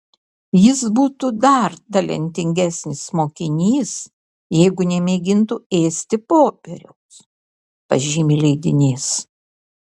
jis būtų dar talentingesnis mokinys jeigu nemėgintų ėsti popieriaus pažymi leidinys